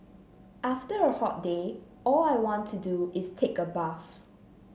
after a hot day all I want to do is take a bath